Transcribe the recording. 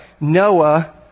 Noah